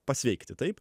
pasveikti taip